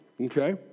Okay